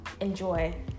enjoy